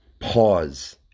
pause